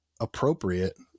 appropriate